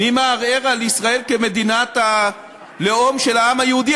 מי מערער על ישראל כמדינת הלאום של העם היהודי?